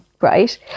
Right